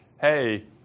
hey